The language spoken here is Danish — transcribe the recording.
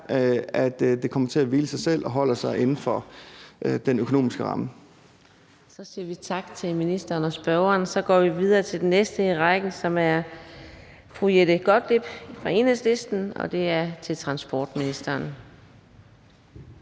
at det kommer til at hvile i sig selv og holder sig inden for den økonomiske ramme. Kl. 14:06 Fjerde næstformand (Karina Adsbøl): Så siger vi tak til ministeren og spørgeren. Vi går videre til den næste i rækken, som er fru Jette Gottlieb fra Enhedslisten, og det er med spørgsmål til transportministeren.